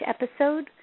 episode